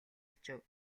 очив